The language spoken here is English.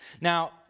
Now